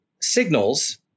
signals